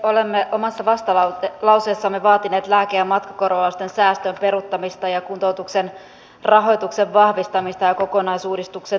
olemme omassa vastalauseessamme vaatineet lääke ja matkakorvausten säästön peruuttamista ja kuntoutuksen rahoituksen vahvistamista ja kokonaisuuudistuksen toteuttamista